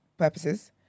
purposes